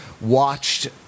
watched